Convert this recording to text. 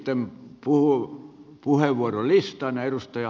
sitten puheenvuorolistaan